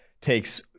takes